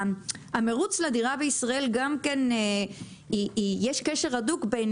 המרוץ לדירה בישראל גם כן יש קשר הדוק בין